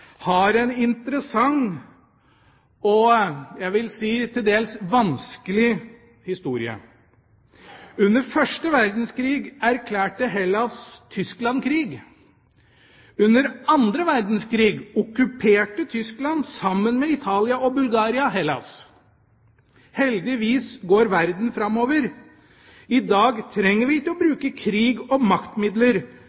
har en interessant og, jeg vil si, til dels vanskelig historie. Under første verdenskrig erklærte Hellas Tyskland krig. Under annen verdenskrig okkuperte Tyskland, sammen med Italia og Bulgaria, Hellas. Heldigvis går verden framover. I dag trenger vi ikke